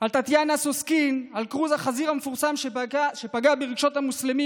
על טטיאנה סוסקין על כרוז החזיר המפורסם שפגע ברגשות של המוסלמים,